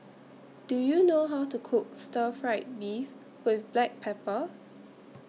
Do YOU know How to Cook Stir Fried Beef with Black Pepper